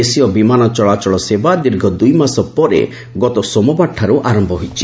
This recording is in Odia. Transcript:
ଦେଶୀୟ ବିମାନ ଚଳାଚଳ ସେବା ଦୀର୍ଘ ଦୁଇ ମାସ ପରେ ଗତ ସୋମବାରଠାରୁ ଆରମ୍ଭ ହୋଇଛି